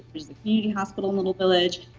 there's the community hospital in little village.